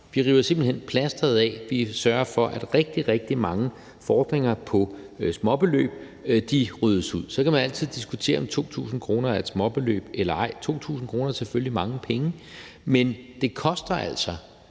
Vi river simpelt hen plastret af. Vi sørger for, at rigtig, rigtig mange fordringer på småbeløb ryddes ud. Så kan man altid diskutere, om 2.000 kr. er et småbeløb eller ej. 2.000 kr. er selvfølgelig mange penge, men det koster altså